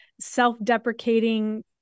self-deprecating